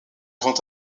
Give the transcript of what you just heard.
grand